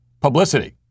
publicity